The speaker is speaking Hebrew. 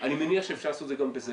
אני מניח שאפשר לעשות את זה גם בזה.